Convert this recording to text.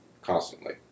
constantly